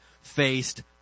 faced